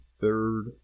third